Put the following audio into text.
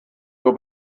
nur